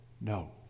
no